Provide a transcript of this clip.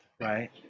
right